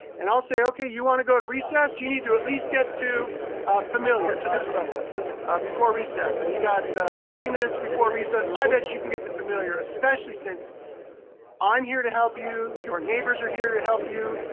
and i'll say, okay, you wanna go to recess? you need to at least get to familiar, to this level ah before recess. and you got thirty minutes before recess, i bet you can get to familiar, especially since i'm here to help you, your neighbors are here to help you,